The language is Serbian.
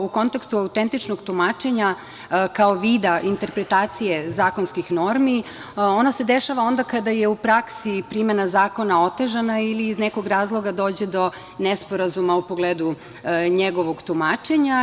U kontekstu autentičnog tumačenja kao vida interpretacije zakonskih normi, ona se dešava onda kada je u praksi primena zakona otežana ili iz nekog razloga dođe do nesporazuma u pogledu njegovog tumačenja.